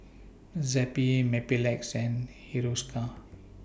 Zappy Mepilex and Hiruscar